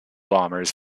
bombers